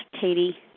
Katie